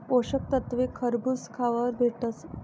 पोषक तत्वे खरबूज खावावर भेटतस